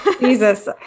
Jesus